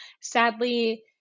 Sadly